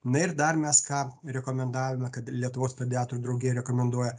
na ir dar mes ką rekomendavome kad lietuvos pediatrų draugija rekomenduoja